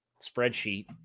spreadsheet